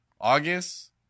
August